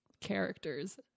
characters